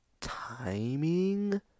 timing